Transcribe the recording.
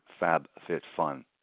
FabFitFun